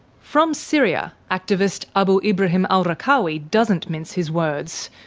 from syria, activist abu ibrahim al-raqqawi doesn't mince his words.